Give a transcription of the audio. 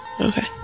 Okay